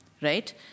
right